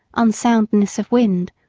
unsoundness of wind,